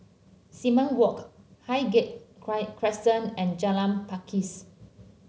Simon Walk Highgate Crescent and Jalan Pakis